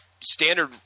standard